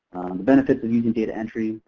the benefits of using data entry,